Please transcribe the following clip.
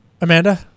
Amanda